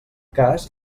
cas